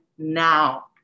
Now